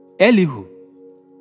Elihu